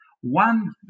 one